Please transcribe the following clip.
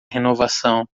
renovação